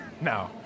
No